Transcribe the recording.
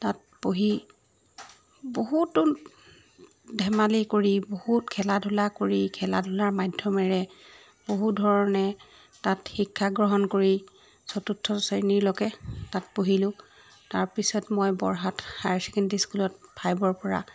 তাত পঢ়ি বহুতো ধেমালি কৰি বহুত খেলা ধূলা কৰি খেলা ধূলাৰ মাধ্যমেৰে বহু ধৰণে তাত শিক্ষা গ্ৰহণ কৰি চতুৰ্থ শ্ৰেণীলৈকে তাত পঢ়িলোঁ তাৰপিছত মই বৰহাট হায়াৰ ছেকেণ্ডেৰী স্কুলত ফাইভৰ পৰা